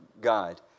guide